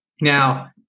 Now